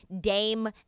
Dame